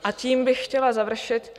A tím bych chtěla završit.